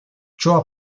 ciò